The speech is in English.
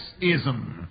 sexism